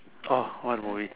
orh what movie